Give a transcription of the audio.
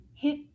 hit